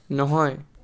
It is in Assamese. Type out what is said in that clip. নহয়